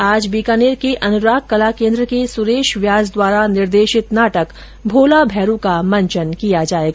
आज बीकानेर के अनुराग कला केन्द्र के सुरेश व्यास द्वारा निर्देशित नाटक भोला भेरू का मंचन किया जायेगा